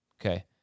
Okay